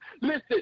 Listen